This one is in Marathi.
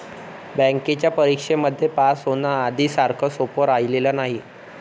बँकेच्या परीक्षेमध्ये पास होण, आधी सारखं सोपं राहिलेलं नाही